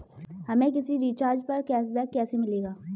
हमें किसी रिचार्ज पर कैशबैक कैसे मिलेगा?